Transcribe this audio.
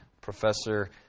Professor